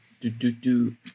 Do-do-do